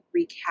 recap